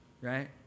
right